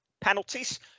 penalties